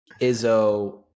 Izzo